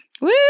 Woo